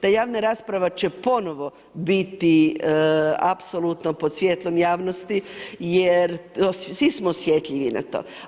Ta javna rasprava će ponovo biti apsolutno pod svjetlom javnosti jer svi smo osjetljivi na to.